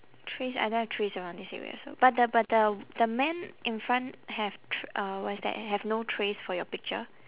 trees I don't have trees around this area also but the but the the man in front have tr~ uh what is that eh have no trees for your picture